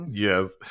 Yes